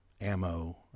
ammo